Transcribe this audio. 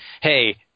hey